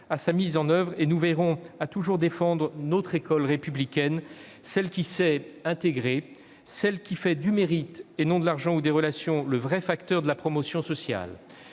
à sa mise en oeuvre ; nous veillerons à toujours défendre notre école républicaine, celle qui sait intégrer, celle qui fait du mérite- et non de l'argent ou des relations -le véritable facteur de la promotion sociale.